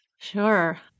Sure